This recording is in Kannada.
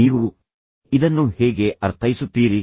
ನೀವು ಇದನ್ನು ಹೇಗೆ ಅರ್ಥೈಸುತ್ತೀರಿ